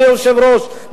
אדוני היושב-ראש,